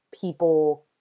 people